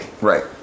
Right